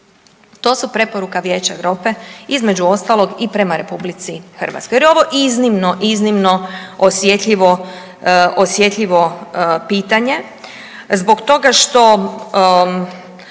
To su preporuka Vijeća Europe, između ostaloga i prema RH jer je ovo iznimno, iznimno osjetljivo, osjetljivo pitanje zbog toga što